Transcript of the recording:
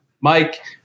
Mike